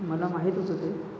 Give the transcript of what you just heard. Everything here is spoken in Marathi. मला माहीतच होते